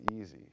easy